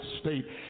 state